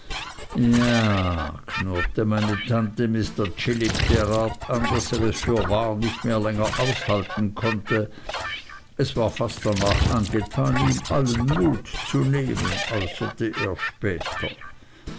ja a a knurrte meine tante mr chillip derart an daß er es fürwahr nicht länger mehr aushalten konnte es war fast darnach angetan ihm allen mut zu nehmen äußerte er später